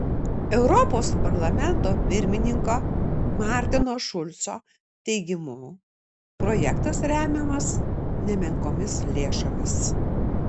europos parlamento pirmininko martino šulco teigimu projektas remiamas nemenkomis lėšomis